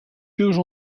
purges